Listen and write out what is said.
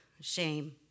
shame